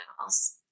else